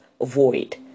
avoid